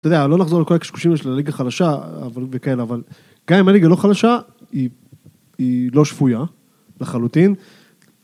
אתה יודע, לא נחזור על כל הקשקושים של הליגה חלשה, וכאלה, אבל... גם אם הליגה לא חלשה, היא לא שפויה, לחלוטין.